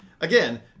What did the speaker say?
Again